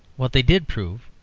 what they did prove,